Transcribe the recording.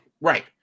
right